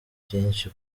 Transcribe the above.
byinshi